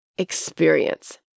experience